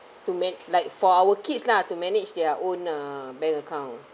to make like for our kids lah to manage their own uh bank account